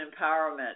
empowerment